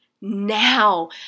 now